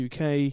UK